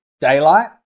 Daylight